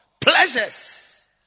Pleasures